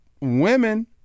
women